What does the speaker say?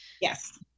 Yes